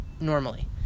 normally